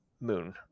moon